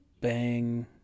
bang